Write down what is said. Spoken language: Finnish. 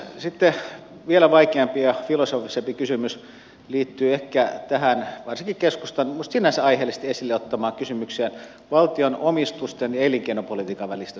sitten vielä vaikeampi ja filosofisempi kysymys liittyy ehkä tähän varsinkin keskustan minusta sinänsä aiheellisesti esille ottamaan kysymykseen valtion omistusten ja elinkeinopolitiikan välisistä suhteista